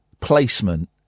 placement